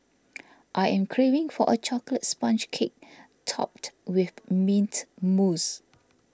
I am craving for a Chocolate Sponge Cake Topped with Mint Mousse